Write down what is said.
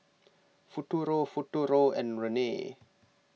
Futuro Futuro and Rene